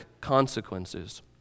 consequences